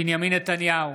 בנימין נתניהו,